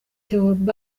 theobald